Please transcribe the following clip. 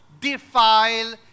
defile